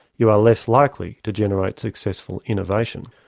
you are less likely to generate successful innovation.